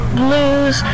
blues